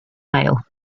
male